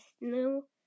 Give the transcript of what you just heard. new